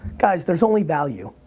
guys, there's only value.